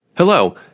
Hello